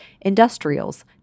industrials